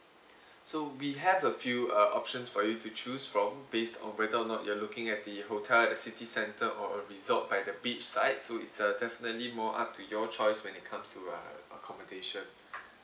so we have a few uh options for you to choose from based on whether or not you're looking at the hotel at city centre or a resort by the beach side so it's uh definitely more up to your choice when it comes to uh accommodation